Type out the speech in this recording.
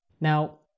Now